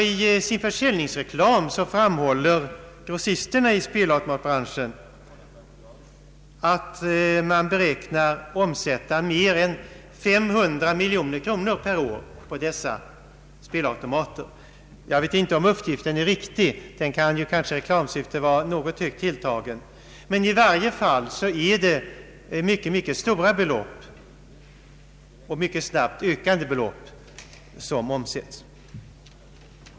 I sin försäljningsreklam framhåller grossisterna i spelautomatbranschen att man beräknar att det omsätts mer än 500 miljoner kronor per år på dessa spelautomater. Jag vet inte om uppgiften är riktig — den kan kanske i reklamsyfte vara något högt tilltagen — men i varje fall är det mycket stora och mycket snabbt ökande belopp som omsättes.